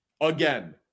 Again